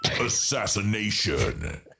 Assassination